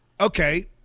Okay